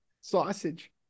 sausage